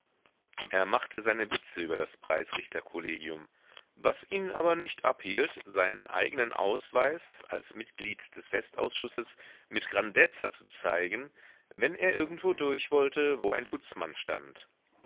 er machte seine witze über das preisrichterkollegium was ihn aber nicht abhielt seinen eignen ausweis als mitglied des festausschusses mit grandezza zu zeigen wenn er irgendwo durchwollte wo ein schutzmann stand